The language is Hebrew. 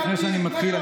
לפני שאני מתחיל,